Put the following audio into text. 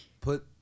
put